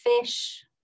fish